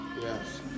Yes